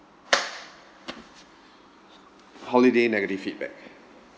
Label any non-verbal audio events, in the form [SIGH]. [NOISE] holiday negative feedback